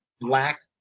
black